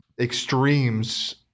extremes